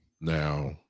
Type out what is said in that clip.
Now